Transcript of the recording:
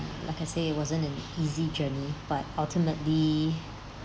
like I say it wasn't an easy journey but ultimately